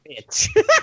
bitch